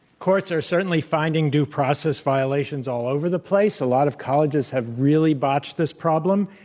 courts are certainly finding due process violations all over the place. a lot of colleges have really botched this problem.